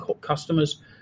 customers